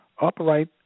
upright